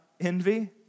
envy